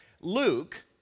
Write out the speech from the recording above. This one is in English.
Luke